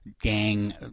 gang